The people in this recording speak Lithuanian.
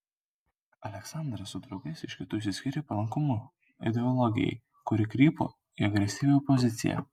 aleksandras su draugais iš kitų išsiskyrė palankumu ideologijai kuri krypo į agresyvią opoziciją